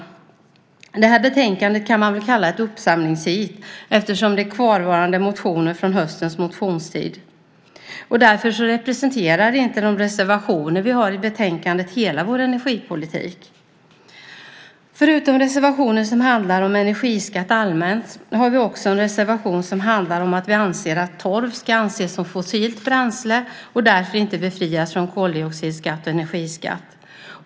Man kan kalla betänkandet för ett uppsamlingsheat eftersom det behandlar kvarvarande motioner från höstens motionstid. Därför representerar inte de reservationer som vi har till betänkandet hela vår energipolitik. Förutom reservationen som handlar om energiskatt allmänt har vi en reservation som handlar om att vi tycker att torv ska anses som fossilt bränsle och därför inte befrias från koldioxidskatt och energiskatt.